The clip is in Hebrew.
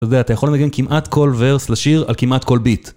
אתה יכול לנגן כמעט כל ורס לשיר על כמעט כל ביט